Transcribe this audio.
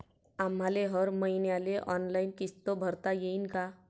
आम्हाले हर मईन्याले ऑनलाईन किस्त भरता येईन का?